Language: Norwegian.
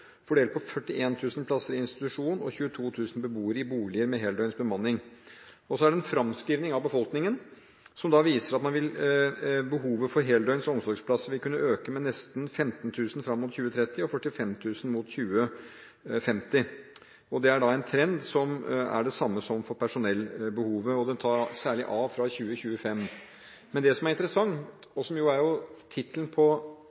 fordelt på 41 000 i institusjon og 22 000 beboere i boliger med heldøgns bemanning. Så er det en fremskrivning av befolkningen, som viser at behovet for heldøgns omsorgsplasser vil kunne øke med nesten 15 000 fram mot 2030 og med 45 000 fram mot 2050, og dette er en trend som er den samme som for personellbehovet, og det tar særlig av fra 2025. Men det som er interessant – og som jo er tittelen på